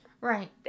Right